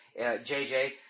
JJ